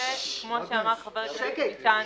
כמו שאמר חבר הכנסת ביטן,